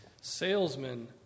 Salesmen